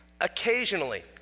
occasionally